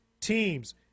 teams